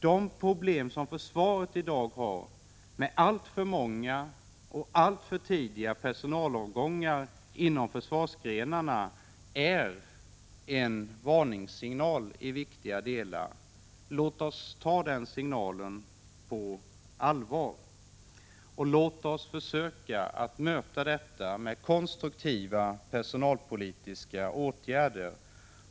De problem som försvaret i dag har med alltför många alltför tidiga personalavgångar inom försvarsgrenarna är en varningssignal i viktiga delar. Låt oss ta den signalen på allvar! Låt oss försöka möta den med konstruktiva personalpolitiska åtgärder.